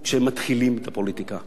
הוא ילמד בדרך הקשה.